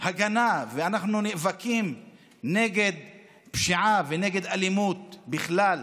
הגנה ואנחנו נאבקים נגד פשיעה ונגד אלימות בכלל,